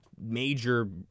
major